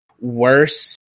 worse